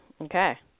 Okay